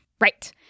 Right